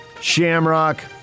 Shamrock